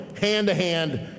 hand-to-hand